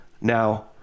Now